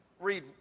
read